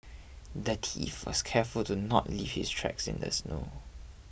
the thief was careful to not leave his tracks in the snow